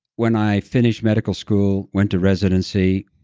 when i finished medical school, went to residency,